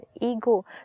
Ego